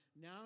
Now